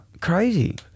Crazy